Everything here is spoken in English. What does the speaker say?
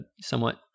somewhat